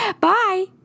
Bye